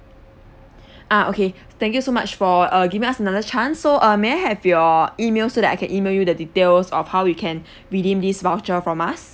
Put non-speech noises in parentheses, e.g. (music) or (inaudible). (breath) ah okay thank you so much for uh giving us another chance so uh may I have your email so that I can email you the details of how you can (breath) redeem this voucher from us